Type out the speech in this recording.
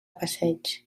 passeigs